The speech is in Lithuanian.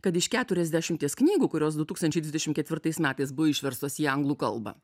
kad iš keturiasdešimties knygų kurios du tūkstančiai dvidešimt ketvirtais metais buvo išverstos į anglų kalbą